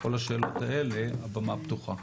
כל השאלות האלה, הבמה פתוחה.